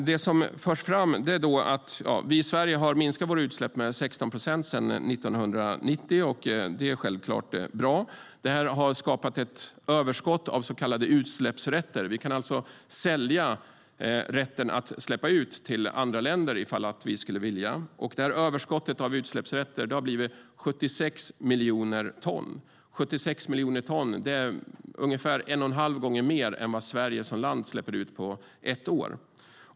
Det som förs fram är att Sverige har minskat sina utsläpp med 16 procent sedan 1990, och det är självklart bra. Detta har skapat ett överskott av så kallade utsläppsrätter. Vi kan alltså sälja rätten att släppa ut till andra länder om vi skulle vilja det. Överskottet av utsläppsrätter är på 76 miljoner ton, vilket är ungefär en och en halv gånger mer än vad Sverige som land släpper ut på ett år.